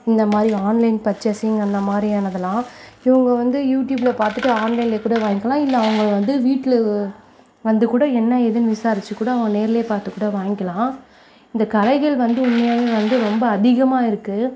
இந்தமாதிரி online purchasing அந்தமாதிரியானதுலான் இவங்க வந்து யூடியூபில் பார்த்துட்டு ஆன்லைனில் கூட வாங்கிக்கலாம் இல்லை அவங்க வந்து வீட்டில் வந்து கூட என்ன ஏதுன்னு விசாரித்து கூட அவங்க நேரில் பார்த்து கூட வாங்கிக்கலாம் இந்த கலைகள் வந்து உண்மையாகவே வந்து ரொம்ப அதிகமாக இருக்குது